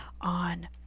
on